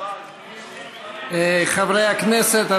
חברי הכנסת,